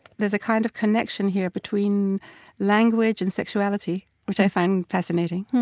there's a kind of connection here between language and sexuality which i find fascinating.